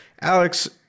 Alex